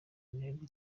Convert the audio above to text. ntego